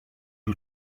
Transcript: you